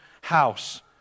house